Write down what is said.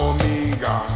Omega